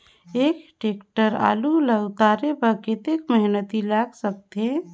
एक टेक्टर आलू ल उतारे बर कतेक मेहनती लाग सकथे?